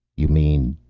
you mean